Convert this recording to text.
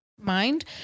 mind